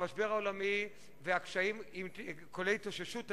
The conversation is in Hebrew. המשבר העולמי והקשיים, לרבות התאוששות היורו,